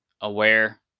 aware